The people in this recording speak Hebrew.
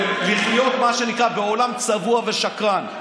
ולחיות, מה שנקרא, בעולם צבוע ושקרן.